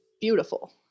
beautiful